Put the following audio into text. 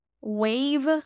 wave